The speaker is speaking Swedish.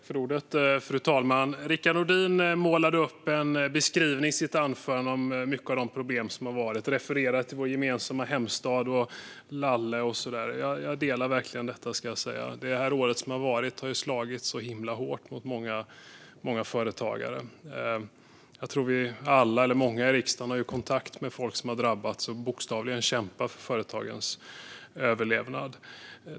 Fru talman! Rickard Nordin målade i sitt anförande upp en beskrivning av många av de problem som funnits. Han refererade till vår gemensamma hemstad och Lalle. Jag delar verkligen detta, ska jag säga. Det år som gått har slagit så himla hårt mot många företagare. Många i riksdagen har kontakt med folk som drabbats och som bokstavligen kämpat för sitt företags överlevnad.